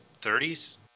30s